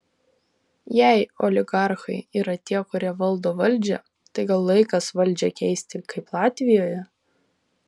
jei oligarchai yra tie kurie valdo valdžią tai gal laikas valdžią keisti kaip latvijoje